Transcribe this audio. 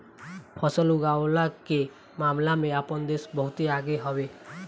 फसल उगवला के मामला में आपन देश बहुते आगे हवे